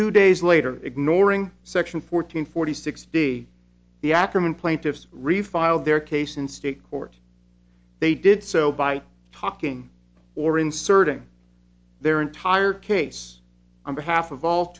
two days later ignoring section fourteen forty sixty the ackermann plaintiffs refile their case in state court they did so by talking or inserting their entire case on behalf of all